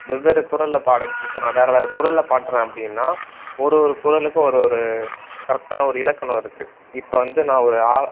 வெவ்வேறு குரலில் பாட இப்போ நான் வேறு வேறு குரலில் பாடுறேன் அப்படின்னா ஒரு ஒரு குரலுக்கு ஒரு ஒரு கரெக்டான ஒரு இலக்கணம் இருக்குது இப்போ வந்து நான் ஒரு ஆ